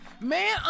Man